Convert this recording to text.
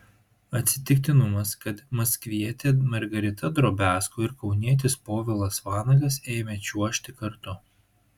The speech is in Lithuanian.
atsitiktinumas kad maskvietė margarita drobiazko ir kaunietis povilas vanagas ėmė čiuožti kartu